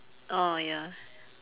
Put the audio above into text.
orh ya